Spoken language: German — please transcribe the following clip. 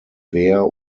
wehr